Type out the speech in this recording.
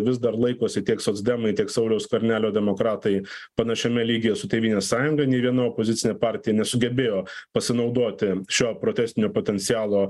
vis dar laikosi tiek socdemai tiek sauliaus skvernelio demokratai panašiame lygyje su tėvynės sąjunga nei viena opozicinė partija nesugebėjo pasinaudoti šiuo protestiniu potencialo